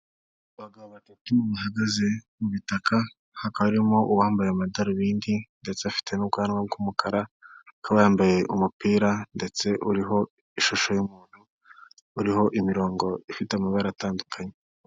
Abagabo batatu bahagaze mu bitaka, hakaba harimo uwambaye amadarubindi ndetse afite n'ubwanwa bw'umukara, akaba yambaye umupira ndetse uriho ishusho y'umuntu uriho imirongo ifite amabara atandukanye.